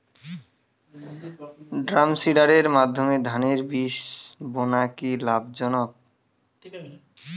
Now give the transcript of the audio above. ড্রামসিডারের মাধ্যমে ধানের বীজ বোনা কি লাভজনক?